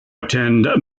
attend